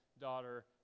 daughter